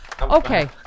Okay